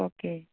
okay